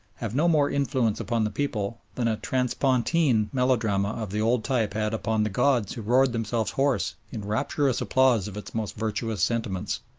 have no more influence upon the people than a transpontine melodrama of the old type had upon the gods who roared themselves hoarse in rapturous applause of its most virtuous sentiments.